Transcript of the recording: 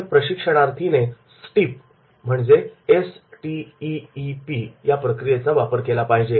इथे प्रशिक्षणार्थी ने स्टीप प्रक्रियेचा वापर केला पाहिजे